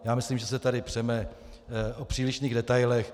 Já myslím, že se tady přeme o přílišných detailech.